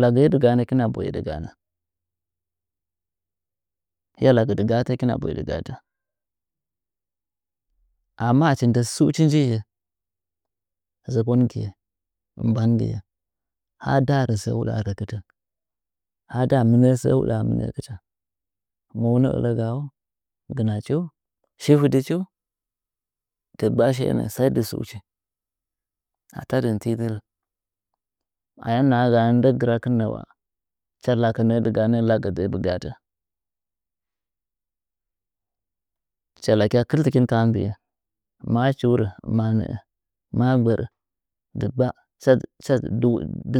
Lakgɨye dɨgahanɚ kina boye dɨga hanɚ hɨya lakɚ dɨga hatɚ kɨna boye dɨga hatɚ amma achi ndɨ stuchi niye zokongɨye bangiye ha nda rɚ sɚ huɗaa mɨnɚkɨtɚ boyeni ɚlɚgaau gɨnachiu shi vɨdichi dɨggba shiye nɚɚ sai dɨ stuchi ata dɨn tɨdɨ rɚ ayam nahagaa ndɨ gɨrakɨn nɚwa hɨcha laka nɚɚ dɨga hanɚ hɨcha laka tɚɚ dɨga hatɚ hɨcha lakya kɨrtɨkin ka ha mbi in machuma manɚɚ gbɚrɚ dɨg gba sɚ